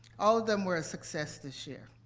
all of them were a success this year.